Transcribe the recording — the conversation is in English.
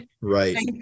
Right